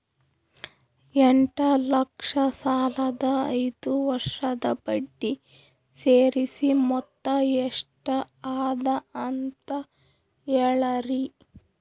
ಎಂಟ ಲಕ್ಷ ಸಾಲದ ಐದು ವರ್ಷದ ಬಡ್ಡಿ ಸೇರಿಸಿ ಮೊತ್ತ ಎಷ್ಟ ಅದ ಅಂತ ಹೇಳರಿ?